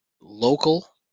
local